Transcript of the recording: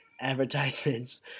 advertisements